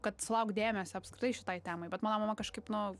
kad sulaukt dėmesio apskritai šitai temai bet mano mama kažkaip nu